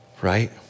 right